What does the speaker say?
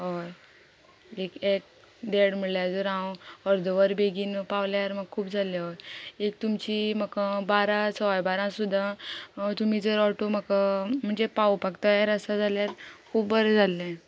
हय एक देड म्हणल्यार जर हांव अर्दवर बेगीन पावल्यार म्हाका खूब जाल्ले हय एक तुमची म्हाका बारा सोय बारा सुद्दा तुमी जर ऑटो म्हाका म्हणजे पावपाक तयार आसा जाल्यार खूब बरें जाल्लें